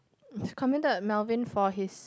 commended Melvin for his